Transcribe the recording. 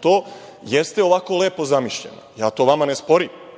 To jeste ovako lepo zamišljeno. To ne